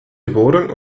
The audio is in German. geboren